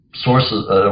sources